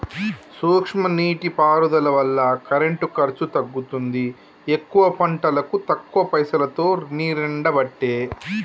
సూక్ష్మ నీటి పారుదల వల్ల కరెంటు ఖర్చు తగ్గుతుంది ఎక్కువ పంటలకు తక్కువ పైసలోతో నీరెండబట్టే